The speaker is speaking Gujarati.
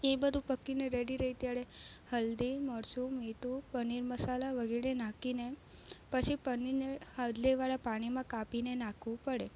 એ બધું પાકીને રેડી રે ત્યારે હલ્દી મરચું મિઠું પનીર મસાલા વગેરે નાખીને પછી પનીરને હાંડલી વાળા પાણીમાં કાપીને નાખવું પડે